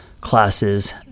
classes